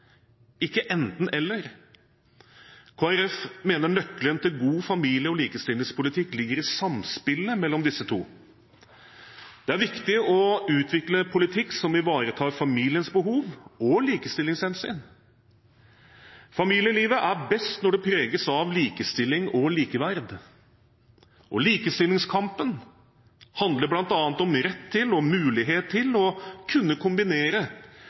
ikke enten–eller, og at nøkkelen til god familie- og likestillingspolitikk ligger i samspillet mellom disse to. Det er viktig å utvikle politikk som ivaretar familiens behov og likestillingshensyn. Familielivet er best når det preges av likestilling og likeverd, og likestillingskampen handler bl.a. om rett til og mulighet til å kunne kombinere